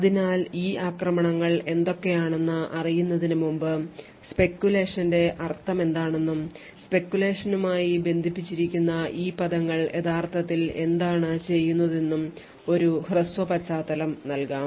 അതിനാൽ ഈ ആക്രമണങ്ങൾ എന്തൊക്കെയാണെന്ന് അറിയുന്നതിന് മുമ്പ് speculation ന്റെ അർത്ഥമെന്താണെന്നും speculation നുമായി ബന്ധിപ്പിച്ചിരിക്കുന്ന ഈ പദങ്ങൾ യഥാർത്ഥത്തിൽ എന്താണ് ചെയ്യുന്നതെന്നും ഒരു ഹ്രസ്വ പശ്ചാത്തലം നൽകാം